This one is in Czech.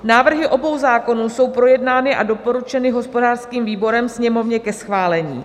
Návrhy obou zákonů jsou projednány a doporučeny hospodářským výborem Sněmovně ke schválení.